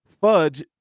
fudge